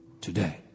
today